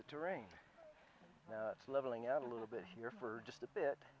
the terrain and leveling out a little bit here for just a bit